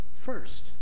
first